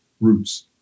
roots